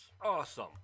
awesome